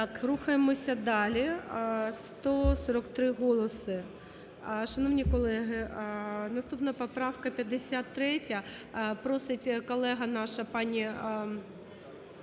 рухаємося далі. 143 голоси. Шановні колеги, наступна поправка 53. Просить колега наша пані